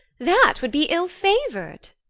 that will be ill-favour'd.